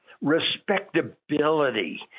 respectability